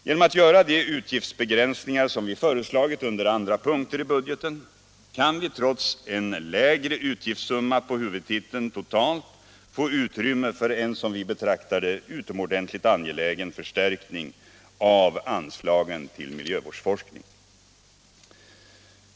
Genom att göra de utgiftsbegränsningar som vi socialdemokrater föreslagit under andra punkten i budgeten kan vi trots en lägre utgiftssumma totalt för huvudtiteln få utrymme för en som vi betraktar det utomordentligt angelägen förstärkning av anslaget till miljövårdsforskning.